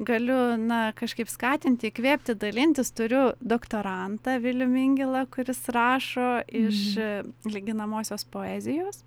galiu na kažkaip skatinti įkvėpti dalintis turiu doktorantą vilių mingėlą kuris rašo iš lyginamosios poezijos